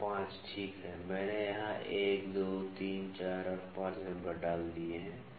और ५ ठीक है मैंने यहां १ २ ३ ४ और ५ नंबर डाल दिए हैं